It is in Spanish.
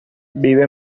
vive